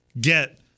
get